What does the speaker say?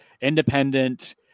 independent